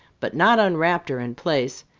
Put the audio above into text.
but not unwrapped or in place.